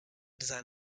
design